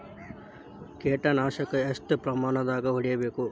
ಕೇಟ ನಾಶಕ ಎಷ್ಟ ಪ್ರಮಾಣದಾಗ್ ಹೊಡಿಬೇಕ?